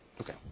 Okay